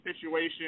situation